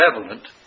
relevant